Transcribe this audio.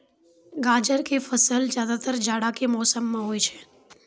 गाजर के फसल ज्यादातर जाड़ा के मौसम मॅ होय छै